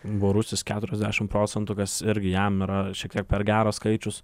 borusis keturiasdešim procentų kas irgi jam yra šiek tiek per geras skaičius